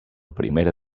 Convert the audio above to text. primera